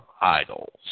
idols